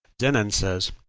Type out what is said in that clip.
denon says,